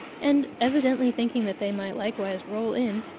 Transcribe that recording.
and evidently thinking that they might likewise roll in,